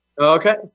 Okay